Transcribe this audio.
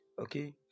okay